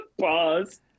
Pause